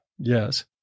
Yes